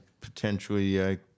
potentially